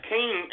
King